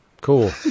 Cool